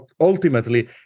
ultimately